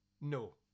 No